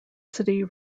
city